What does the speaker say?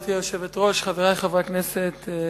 גברתי היושבת-ראש, חברי חברי הכנסת,